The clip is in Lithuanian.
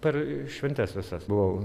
per šventes visas buvau